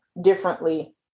differently